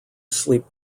sleep